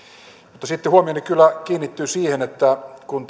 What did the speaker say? mutta sitten huomioni kyllä kiinnittyi siihen että kun